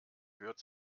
gehört